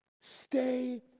Stay